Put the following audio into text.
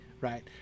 right